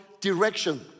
direction